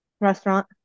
Restaurant